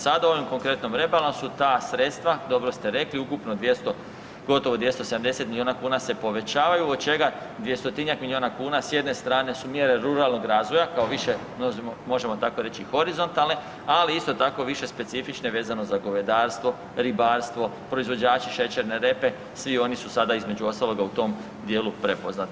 Sada u ovom konkretnom rebalansu ta sredstva, dobro ste rekli, ukupno gotovo 270 milijuna kuna se povećavaju od čega 200-njak milijuna kuna s jedne strane su mjere ruralnog razvoja kao više možemo tako reći horizontalne, ali isto tako više specifične vezano za govedarstvo, ribarstvo, proizvođači šećerne repe svi oni su sada između ostaloga u tom dijelu prepoznati.